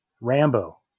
Rambo